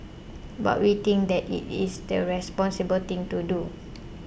but we think that it is the responsible thing to do